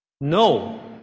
no